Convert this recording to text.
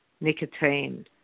nicotine